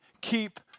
keep